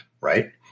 Right